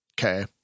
Okay